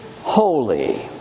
holy